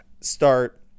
start